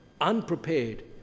unprepared